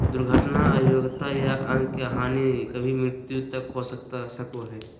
दुर्घटना अयोग्यता या अंग के हानि कभी मृत्यु तक हो सको हइ